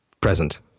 present